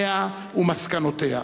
תכניה ומסקנותיה.